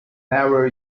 never